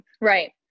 right